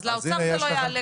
אז לאוצר זה לא יעלה גלום.